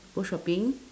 go shopping